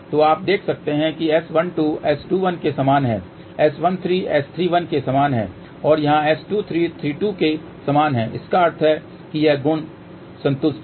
तो आप देख सकते हैं कि S12 S21 के समान है S13 S31 के समान है और यहाँ S23 S32 के समान है जिसका अर्थ है कि यह गुण संतुष्ट है